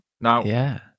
Now